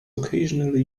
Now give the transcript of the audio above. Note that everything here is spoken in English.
occasionally